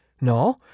No